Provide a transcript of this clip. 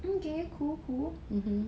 okay cool cool